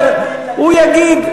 הוא יגיד.